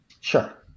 Sure